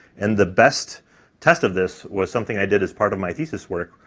and the best test of this was something i did as part of my thesis work,